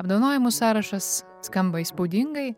apdovanojimų sąrašas skamba įspūdingai